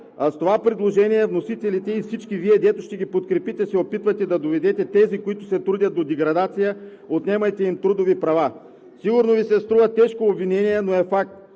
С това предложение вносителите и всички Вие, които ще го подкрепите, се опитвате да доведете тези, които се трудят, до деградация, отнемайки трудовите им права. Сигурно Ви се струва тежко обвинение, но е факт.